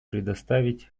предоставить